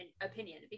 opinion